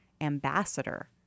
ambassador